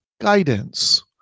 Guidance